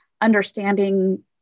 understanding